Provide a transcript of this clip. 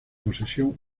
posesión